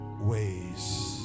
ways